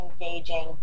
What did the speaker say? engaging